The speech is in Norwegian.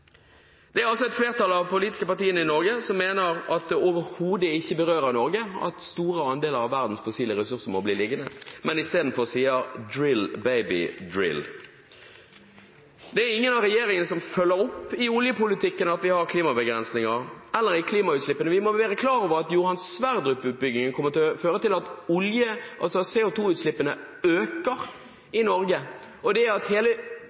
Det er altså et flertall av de politiske partiene i Norge som mener at det overhodet ikke berører Norge at store deler av verdens fossile ressurser må bli liggende, og som istedenfor sier: «Drill, baby, drill!» Det er ingen i regjeringen som følger opp i oljepolitikken at vi har begrensninger i klimagassutslippene. Vi må være klar over at Johan Sverdrup-utbyggingen kommer til å føre til at CO2-utslippene øker i Norge på grunn av produksjonsvarmen som de trenger. Og vi må være klar over at